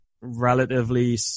relatively